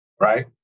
right